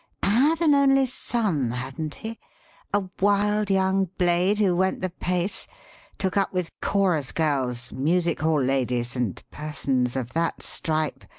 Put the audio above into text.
had an only son, hadn't he a wild young blade who went the pace took up with chorus girls, music hall ladies, and persons of that stripe,